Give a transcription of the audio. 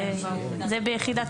זה ביחידת הפיקוח.